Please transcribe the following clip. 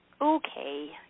okay